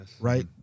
right